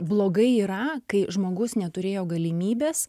blogai yra kai žmogus neturėjo galimybės